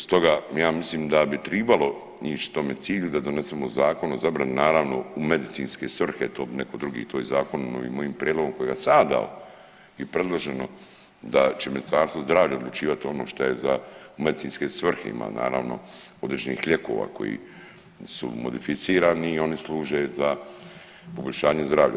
Stoga ja mislim da bi tribalo ići tom cilju da donesemo zakon o zabrani naravno u medicinske svrhe to bi netko drugi, to je zakon ovim mojim prijedlogom kojega sam dao i predloženo da će Ministarstvo zdravlja odlučiti ono što je u medicinske svrhe ima naravno određenih lijekova koji su modificirani i oni služe za poboljšanje zdravlja.